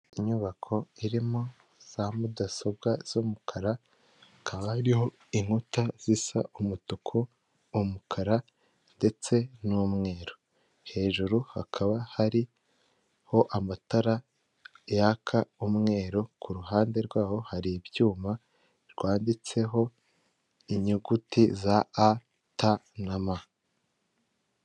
Uyu n’umuhanda wo mu bwoko bwa kaburimbo usize amabara y'umukara n'uturongo tw'umweru, kuhande hari ubusitani bwiza burimo ibiti birebire bitanga umuyaga n'amahumbezi ku binyabiziga bihanyura byose.